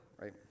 right